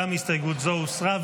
גם הסתייגות זו הוסרה.